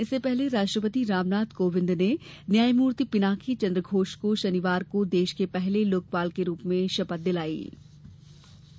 इससे पहले राष्ट्रपति रामनाथ कोविन्द ने न्यायमूर्ति पिनाकी चंद्र घोष को शनिवार को देश के पहले लोकपाल के रूप में शपथ दिलाई थी